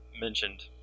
mentioned